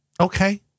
Okay